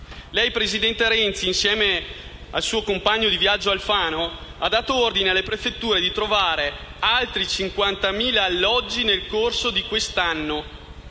presidente Renzi, insieme al suo compagno di viaggio Alfano, ha dato ordine alle prefetture di trovare altri 50.000 alloggi nel corso di quest'anno